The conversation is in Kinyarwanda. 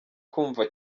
kumva